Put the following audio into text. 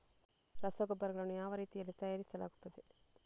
ರಸಗೊಬ್ಬರಗಳನ್ನು ಯಾವ ರೀತಿಯಲ್ಲಿ ತಯಾರಿಸಲಾಗುತ್ತದೆ?